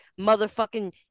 motherfucking